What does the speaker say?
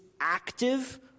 active